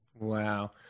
Wow